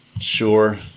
sure